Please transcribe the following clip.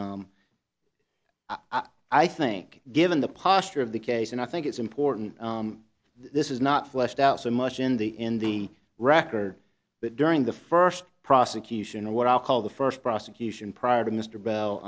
i think given the posture of the case and i think it's important this is not fleshed out so much in the in the record but during the first prosecution what i'll call the first prosecution prior to mr bell